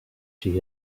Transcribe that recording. she